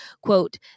Quote